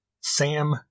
Sam